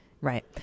right